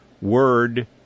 Word